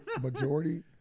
Majority